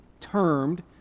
termed